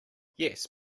yes